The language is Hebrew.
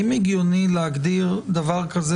האם הגיוני להגדיר דבר כזה